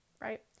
right